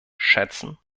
schätzen